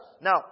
Now